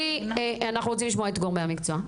טלי, אנחנו רוצים לשמוע את גורמי המקצוע.